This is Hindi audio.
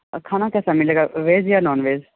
खाना कैसा मिलेगा वेज या नॉन वेज